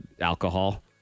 Alcohol